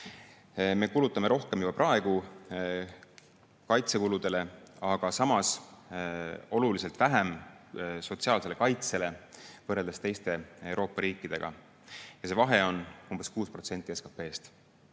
Me kulutame rohkem juba praegu kaitsekuludele, aga samas oluliselt vähem sotsiaalsele kaitsele võrreldes teiste Euroopa riikidega. Ja see vahe on umbes 6% SKT-st.